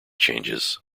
changes